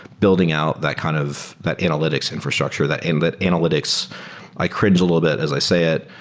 building out that kind of that analytics infrastructure, that and that analytics i cringe a little bit as i say it,